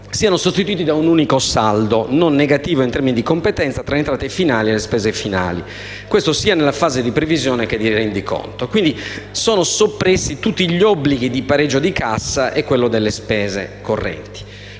siano sostituiti da un unico saldo non negativo in termini di competenza tra entrate finali e spese finali, sia nella fase di previsione che di rendiconto. Quindi, sono soppressi tutti gli obblighi di pareggio di cassa e quello delle spese correnti.